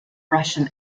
russian